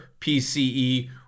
PCE